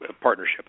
partnership